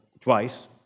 twice